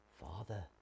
Father